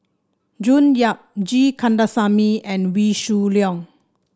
June Yap G Kandasamy and Wee Shoo Leong